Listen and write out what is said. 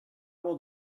will